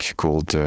called